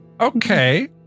Okay